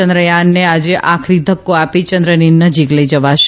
ચંદ્રયાનને આજે આખરી ધકકો આપી ચંદ્રની નજીક લઈ જવાશે